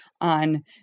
on